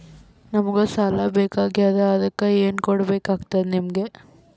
ನಮಗ ಸಾಲ ಬೇಕಾಗ್ಯದ ಅದಕ್ಕ ಏನು ಕೊಡಬೇಕಾಗ್ತದ ನಿಮಗೆ?